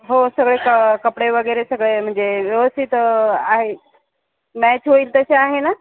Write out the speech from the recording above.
हो सगळे क कपडे वगैरे सगळे म्हणजे व्यवस्थित आहे मॅच होईल तसे आहे ना